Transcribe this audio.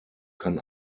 kann